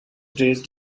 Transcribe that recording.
raised